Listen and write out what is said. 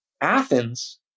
Athens